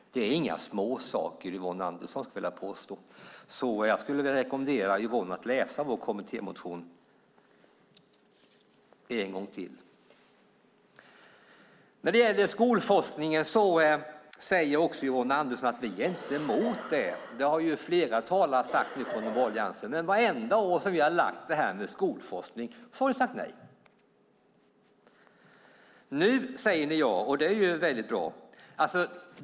Det är inga småsaker vill jag påstå. Jag skulle därför vilja rekommendera Yvonne Andersson att läsa vår kommittémotion en gång till. När det gäller skolforskningen säger Yvonne Andersson att man inte är emot det. Det har flera talare från den borgerliga alliansen sagt, men vartenda år som vi föreslagit detta med skolforskning har man sagt nej. Nu säger man ja, och det är mycket bra.